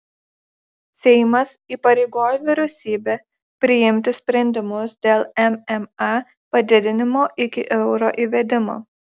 seimas įpareigojo vyriausybę priimti sprendimus dėl mma padidinimo iki euro įvedimo